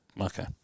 okay